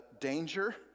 danger